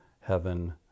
heaven